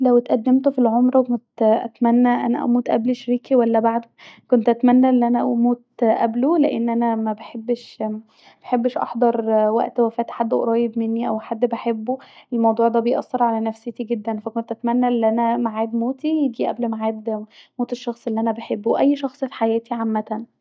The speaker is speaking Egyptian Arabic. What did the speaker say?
لو اتقدمت في العمر اتمني ان انا اموت قبل شريكي ولا بعده كنت اتمني أن انا اموت قبله لان انا مبحبش اخضر وقت وفاه حد بحبه أو حد قريب مني لأن الموضوع ده بيأثر عليا جدا ف كنت اتمني ان انا معاد موتي يجي قبل معاد موت الشخص الي انا بحبه أو أي شخص في حياتي عمتا